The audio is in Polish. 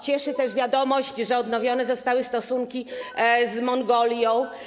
Cieszy też wiadomość, że odnowione zostały stosunki z Mongolią.